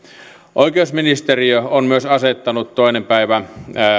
oikeusministeriö on myös asettanut toinen päivä